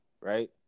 right